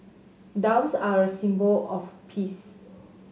doves are a symbol of peace